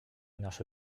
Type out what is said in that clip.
nasze